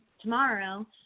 tomorrow